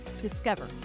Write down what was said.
discover